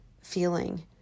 feeling